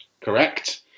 Correct